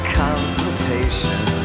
consultation